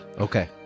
Okay